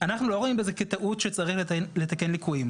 - אנחנו לא רואים בזה כטעות שצריך לתקן ליקויים.